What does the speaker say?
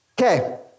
Okay